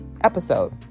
episode